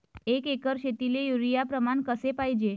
एक एकर शेतीले युरिया प्रमान कसे पाहिजे?